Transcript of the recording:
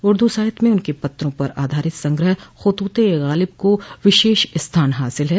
उर्दू साहित्य में उनके पत्रों पर आधारित संग्रह खुतूत ए ग़ालिब को विशेष स्थान हासिल है